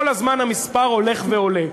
כל הזמן המספר הולך ועולה.